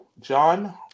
John